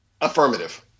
Affirmative